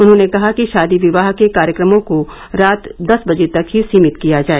उन्होंने कहा कि शादी विवाह के कार्यक्रमों को रात दस बजे तक ही सीमित किया जाए